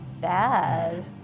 bad